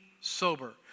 sober